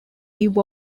view